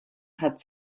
hat